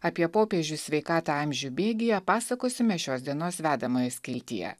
apie popiežių sveikatą amžių bėgyje pasakosime šios dienos vedamojo skiltyje